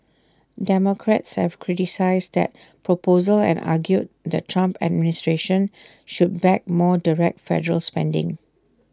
democrats have criticised that proposal and argued the Trump administration should back more direct federal spending